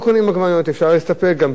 אפשר להסתפק ולחיות גם בלי עגבניות,